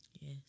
Yes